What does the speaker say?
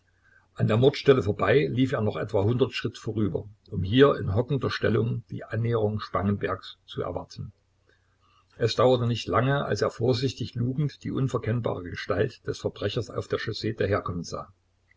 an der mordstelle vorbei lief er noch etwa hundert schritt vorüber um hier in hockender stellung die annäherung spangenbergs zu erwarten es dauerte nicht lange als er vorsichtig lugend die unverkennbare gestalt des verbrechers auf der chaussee daherkommen sah